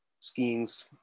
skiing's